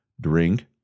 drink